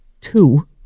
two